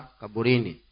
kaburini